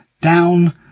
down